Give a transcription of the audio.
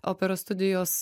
operos studijos